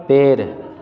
पेड़